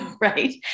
right